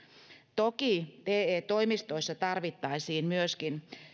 toki te toimistoissa tarvittaisiin myöskin